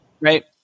Right